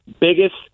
biggest